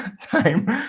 time